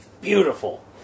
beautiful